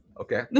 okay